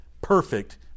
perfect